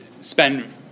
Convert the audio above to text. spend